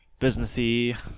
businessy